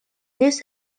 this